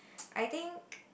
I think